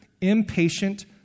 impatient